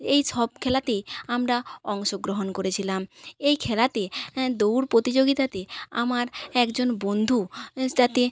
এই সব খেলাতেই আমরা অংশগ্রহণ করেছিলাম এই খেলাতে দৌড় প্রতিযোগিতাতে আমার একজন বন্ধু তাতে